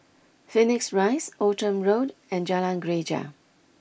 Phoenix Rise Outram Road and Jalan Greja